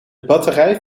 batterij